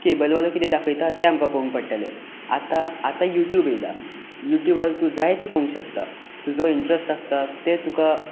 कॅबलवालो कितें दाखयता तें आमकां पळोवंक पडटालें आतां आतां यूट्यूब आयला यूट्यूबार तूं जाय तें पळोवंक शकता तुजो इन्ट्रस्ट आसता तें तुका